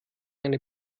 eine